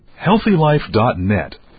HealthyLife.net